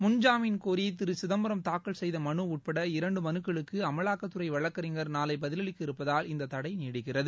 முன்ஜாமீன் கோரி திரு சிதம்பரம் தாக்கல் செய்த மனு உட்பட இரண்டு மனுக்களுக்கு அமலாக்கத்துறை வழக்கறிஞர் நாளை பதிலளிக்க இருப்பதால் இந்த தடை நீடிக்கிறது